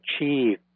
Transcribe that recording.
achieve